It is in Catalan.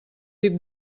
tip